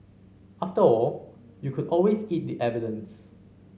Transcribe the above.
after all you could always eat the evidence